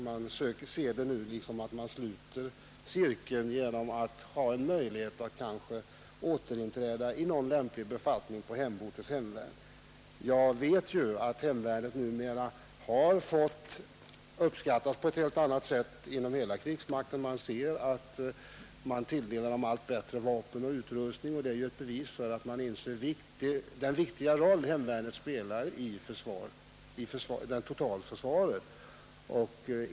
Man ser det nu som att man sluter cirkeln genom att få en möjlighet att återinträda i en lämplig befattning inom hemortens hemvärn. Jag vet att hemvärnet numera uppskattas på ett helt annat sätt än förr inom hela krigsmakten. Man tilldelar det allt bättre vapen och utrustning, och det är ju ett bevis för att man inser den viktiga roll hemvärnet spelar i totalförsvaret.